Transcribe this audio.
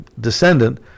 Descendant